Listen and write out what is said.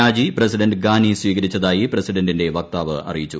രാജി പ്രസിഡന്റ് ഗാനി സ്വീകരിച്ചതായി പ്രസിഡന്റിന്റെ വക്താവ് അറിയിച്ചു